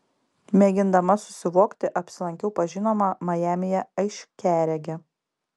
mėgindama susivokti apsilankiau pas žinomą majamyje aiškiaregę